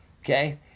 okay